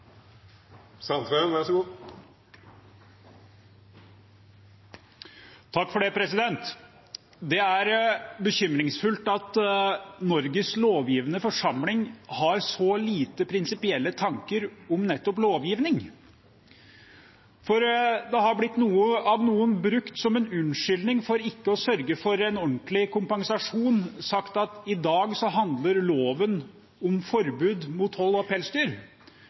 forsamling har så lite prinsipielle tanker om nettopp lovgivning, for det har av noen blitt brukt som en unnskyldning for ikke å sørge for en ordentlig kompensasjon, men sagt at i dag handler loven om forbud mot hold av pelsdyr.